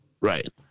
right